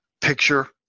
picture